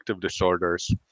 disorders